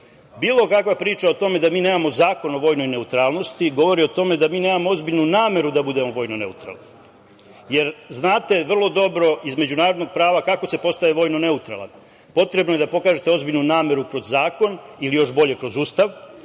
kakva priča o tome da mi nemamo Zakon o vojnoj neutralnosti govori o tome da mi nemamo ozbiljnu nameru da budemo vojno neutralni, jer znate vrlo dobro iz međunarodnog prava kako se postaje vojno neutralan. Potrebno je da pokažete ozbiljnu nameru kroz zakon ili, još bolje, kroz Ustav,